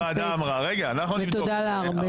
לכנסת ותודה לארבל.